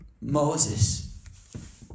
Moses